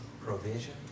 provision